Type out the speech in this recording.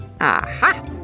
Aha